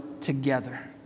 together